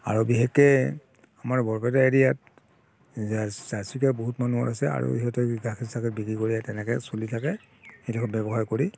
আৰু বিশেষকৈ আমাৰ বৰপেটা এৰিয়াত জাৰ্চি পোহা বহুত মানুহ আছে ইহঁতে তেনেকৈ গাখীৰ চাখীৰ বিক্ৰী কৰিয়ে চলি থাকে সিহঁতৰ ব্যৱসায় কৰি